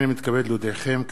הנני מתכבד להודיעכם,